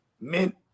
mint